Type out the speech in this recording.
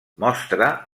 mostra